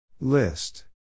List